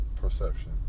perception